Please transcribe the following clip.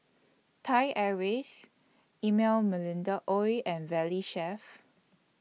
Thai Airways Emel Melinda Ooi and Valley Chef